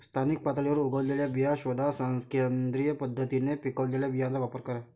स्थानिक पातळीवर उगवलेल्या बिया शोधा, सेंद्रिय पद्धतीने पिकवलेल्या बियांचा वापर करा